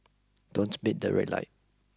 don't beat that red light